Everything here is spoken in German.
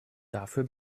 dafür